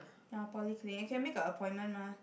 ya polyclinic you can make a appointment mah